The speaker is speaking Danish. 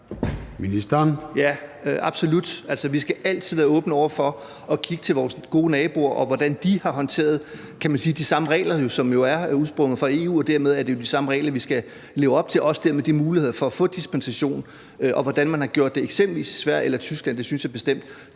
Altså, vi skal altid være åbne over for at kigge til vores gode naboer, og hvordan de har håndteret de, kan man sige, samme regler. De er jo udsprunget fra EU, og dermed er det jo de samme regler, vi skal leve op til, og dermed også mulighederne for at få dispensation. Hvordan man har gjort det eksempelvis i Sverige eller Tyskland, synes jeg bestemt